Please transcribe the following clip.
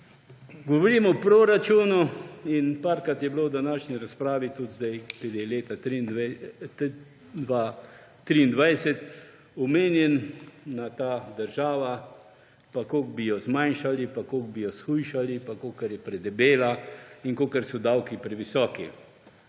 Govorim o proračunu in parkrat je bilo v današnji razpravi, tudi sedaj, omenjeno leto 2023 pa ta država, pa koliko bi jo zmanjšali, pa koliko bi jo shujšali, pa koliko je predebela in koliko so davki previsoki.